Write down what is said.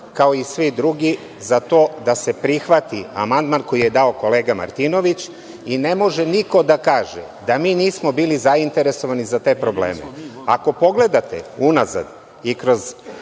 kao i svi drugi, za to da se prihvati amandman koji je dao kolega Martinović i ne može niko da kaže da mi nismo bili zainteresovani za te probleme. Ako pogledate unazad i kroz